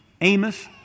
Amos